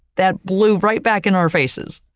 that blew right back in our faces.